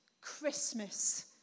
Christmas